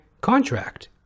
contract